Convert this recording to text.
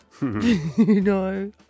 No